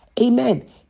Amen